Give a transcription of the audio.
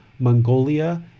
Mongolia